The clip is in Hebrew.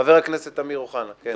חבר הכנסת אמיר אוחנה, בבקשה.